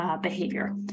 behavior